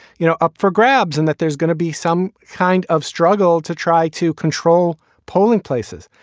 you know, up for grabs and that there's going to be some kind of struggle to try to control polling places.